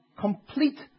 complete